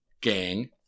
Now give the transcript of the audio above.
gang